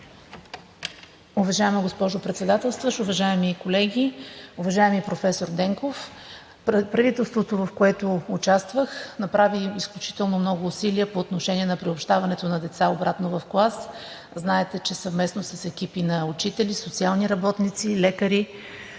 Уважаема госпожо Председателстващ, уважаеми колеги, уважаеми професор Денков! Правителството, в което участвах, направи изключително много усилия по отношение на приобщаването на деца обратно в клас. Знаете, че съвместно с екипи на учители, социални работници, лекари,